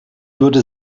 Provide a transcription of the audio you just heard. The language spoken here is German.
würde